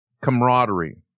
camaraderie